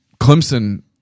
Clemson